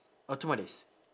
or two more days